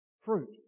fruit